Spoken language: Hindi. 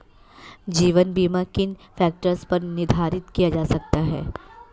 जीवन बीमा किन फ़ैक्टर्स पर निर्धारित किया जा सकता है?